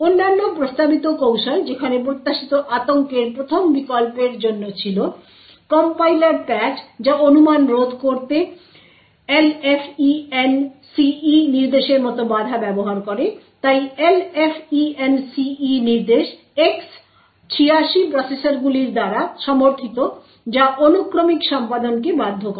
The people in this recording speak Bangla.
অন্যান্য প্রস্তাবিত কৌশল যেখানে প্রত্যাশিত আতঙ্কের প্রথম বিকল্পের জন্য ছিল কম্পাইলার প্যাচ যা অনুমান রোধ করতে LFENCE নির্দেশের মতো বাধা ব্যবহার করে তাই LFENCE নির্দেশ X86 প্রসেসরগুলি দ্বারা সমর্থিত যা অনুক্রমিক সম্পাদনকে বাধ্য করে